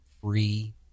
free